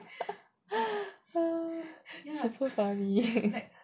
super funny